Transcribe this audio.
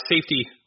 Safety